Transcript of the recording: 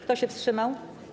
Kto się wstrzymał?